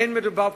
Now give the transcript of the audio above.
אין מדובר פה,